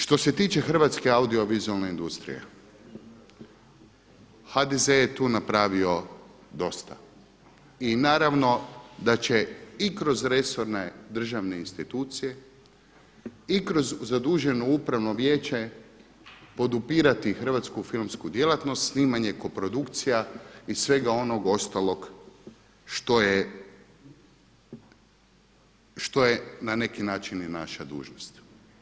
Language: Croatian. Što se tiče Hrvatske audiovizualne industrije HDZ je tu napravio dosta i naravno da će i kroz resorne državne institucije i kroz zaduženo Upravno vijeće podupirati hrvatsku filmsku djelatnost snimanje koprodukcija i svega onog ostalog što je na neki način i naša dužnost.